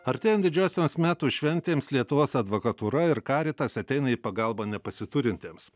artėjant didžiosioms metų šventėms lietuvos advokatūra ir karitas ateina į pagalbą nepasiturintiems